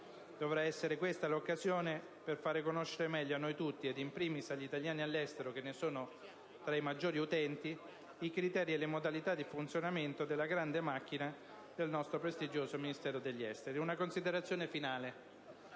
Dovrà essere questa l'occasione per fare conoscere meglio a noi tutti - ed *in primis* agli italiani all'estero che ne sono tra i maggiori utenti - i criteri e le modalità di funzionamento della grande macchina del nostro prestigioso Ministero degli esteri. *(Commenti del